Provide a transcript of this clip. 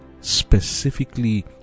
specifically